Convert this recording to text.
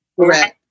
Correct